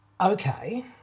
okay